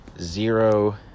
zero